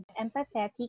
empathetic